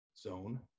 zone